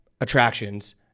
attractions